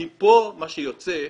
מפה מה שיוצא,